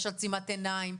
יש עצימת עיניים?